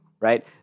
Right